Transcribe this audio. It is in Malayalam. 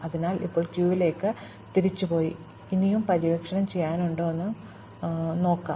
അതിനാൽ ഇപ്പോൾ ഞങ്ങൾ ക്യൂവിലേക്ക് തിരിച്ചുപോയി ഇനിയും പര്യവേക്ഷണം ചെയ്യാനുണ്ടോ എന്ന് നോക്കാം